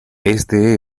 éste